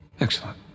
Excellent